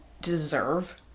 deserve